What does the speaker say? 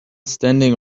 standing